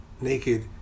naked